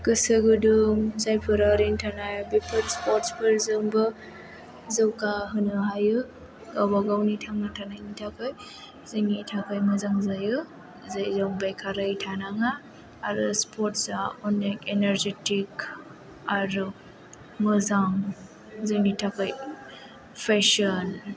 गोसो गुदुं जायफोरा ओरैनो थानाय बेफोर स्पर्टसफोरजोंबो जौगाहोनो हायो गावबागावनि थांना थानायनि थाखाय जोंनि थाखाय मोजां जायो जायजों बेखारै थानाङा आरो स्पर्टसा अनेख एनारजेटिक आरो मोजां जोंनि थाखाय पेशन